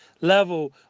level